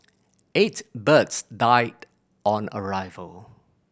eight birds died on arrival